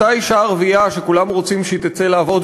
אותה אישה ערבייה שכולם רוצים שהיא תצא לעבוד,